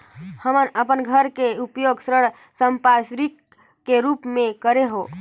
हमन अपन घर के उपयोग ऋण संपार्श्विक के रूप म करे हों